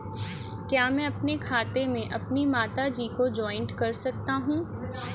क्या मैं अपने खाते में अपनी माता जी को जॉइंट कर सकता हूँ?